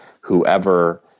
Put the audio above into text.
whoever